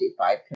55